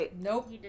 Nope